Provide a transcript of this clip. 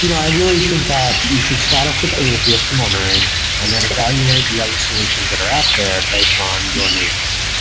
you know i really think that you should start off with prometheus for monitoring and then evaluate the other solutions that are out there based on your needs.